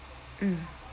mm